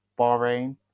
Bahrain